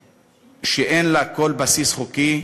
שאין לה כל בסיס חוקי,